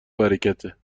برکته